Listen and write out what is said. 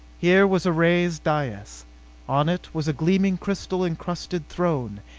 here was a raised dais. on it was a gleaming crystal encrusted throne.